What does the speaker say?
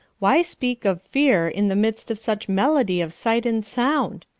why speak of fear in the midst of such melody of sight and sound?